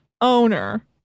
owner